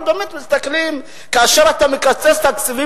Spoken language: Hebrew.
אנחנו באמת מסתכלים: כאשר אתה מקצץ תקציבים